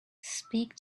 speak